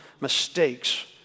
Mistakes